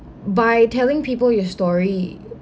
by telling people your story